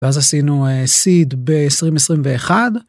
ואז עשינו סיד ב-2021